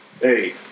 Hey